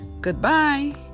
Goodbye